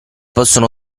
possono